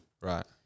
right